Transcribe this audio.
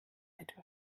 etwa